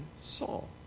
Saul